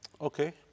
Okay